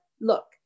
look